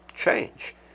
change